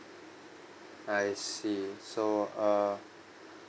I see so err